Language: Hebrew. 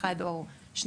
אחד או שניים,